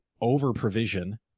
over-provision